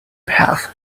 path